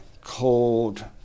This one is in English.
cold